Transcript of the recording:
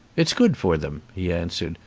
it's good for them, he answered.